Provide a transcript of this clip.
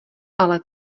ale